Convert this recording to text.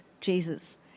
Jesus